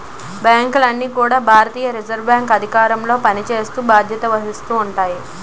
బ్యాంకులన్నీ కూడా భారతీయ రిజర్వ్ బ్యాంక్ ఆధీనంలో పనిచేస్తూ బాధ్యత వహిస్తాయి